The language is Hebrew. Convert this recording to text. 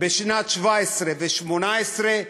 בשנים 2017 ו-2018.